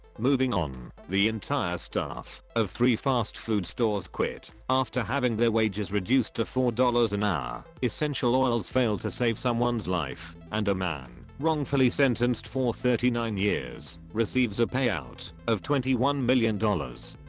moving on, the entire staff of three fast food stores quit, after having their wages reduced to four dollars an hour, essential oils fail to save someone's life, and a man wrongfully sentenced for thirty nine years, receives a payout of twenty one million dollars.